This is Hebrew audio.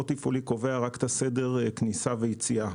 התפעולי קובע רק את סדר הכניסה והיציאה.